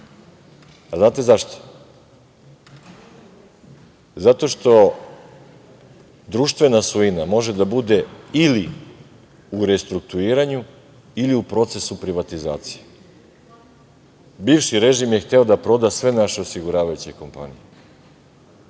Znate zašto, zato što društvena svojina može da bude u restrukturiranju ili u procesu privatizacije. Bivši režim je hteo da proda sve naše osiguravajuće kompanije,